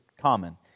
common